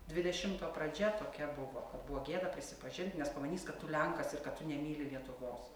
dvidešimto pradžia tokia buvo kad buvo gėda prisipažint nes pamanys kad tu lenkas ir kad tu nemyli lietuvos